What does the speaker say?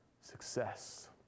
success